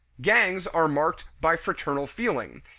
gangs are marked by fraternal feeling,